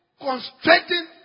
constraining